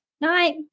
Night